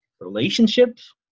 relationships